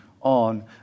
on